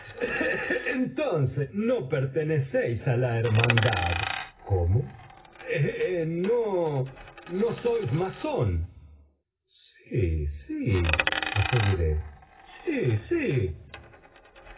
entonces no pertenecéis a la hermandad cómo no sois masón sí sí aseguré sí sí